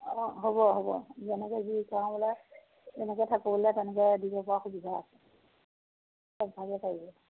অঁ হ'ব হ'ব যেনেকৈ যি কৰাব লাগে তেনেকৈ থাকোঁ বুলিলে তেনেকৈ দিব পৰা সুবিধা আছে চব ভাগে পাৰিব